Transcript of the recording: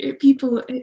people